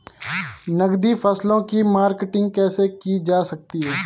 नकदी फसलों की मार्केटिंग कैसे की जा सकती है?